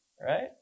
right